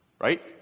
right